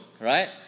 right